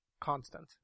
constant